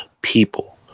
people